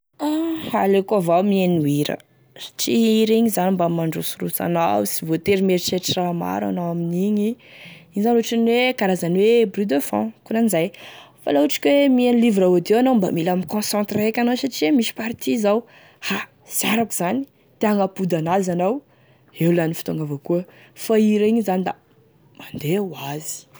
Aleoko avao miheno hira satria hira igny zany mba mandrosirosy anao sy voatery mieritreritry raha maro anao amin'igny, igny ohatriny hoe karazane hoe bruits de fond, akonan'izay, fa laha ohatry ka hoe miheno livre audio anao mba mila mi concentre eky anao, satria misy partie zao ah sy arako zany te hagnapody an'azy anao eo lany fotoagny avao koa, fa gn'hira igny zany da mandeha ho azy.